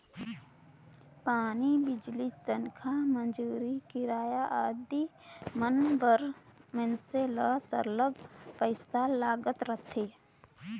पानी, बिजली, तनखा, मंजूरी, किराया आदि मन बर मइनसे ल सरलग पइसा लागत रहथे